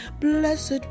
blessed